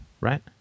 right